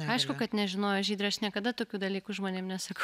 aišku kad nežinojo žydre aš niekada tokių dalykų žmonėm nesakau